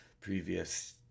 previous